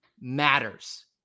matters